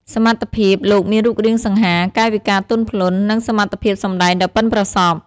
សមត្ថភាព លោកមានរូបរាងសង្ហា កាយវិការទន់ភ្លន់ និងសមត្ថភាពសម្ដែងដ៏ប៉ិនប្រសប់។